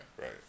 right